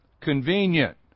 convenient